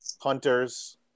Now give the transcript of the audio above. Hunters